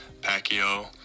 Pacquiao